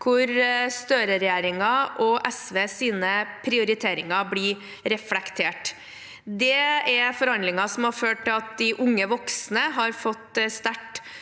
der Støre-regjeringen og SVs prioriteringer blir reflektert. Det er forhandlinger som har ført til at unge voksne har fått sterk